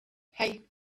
hey